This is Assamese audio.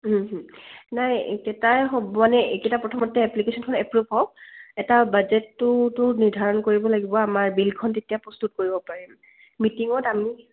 নাই এইকেইটাই হ'ব মানে এইকেইটা প্ৰথমতে এপ্লিকেশ্যনখন এপ্ৰুভ হওক এটা বাজেটটোতো নিৰ্ধাৰণ কৰিব লাগিব আমাৰ বিলখন তেতিয়া প্ৰস্তুত কৰিব পাৰিম মিটিঙত আমি